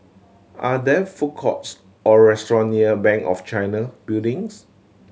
are there food courts or restaurant near Bank of China Buildings